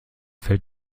fällt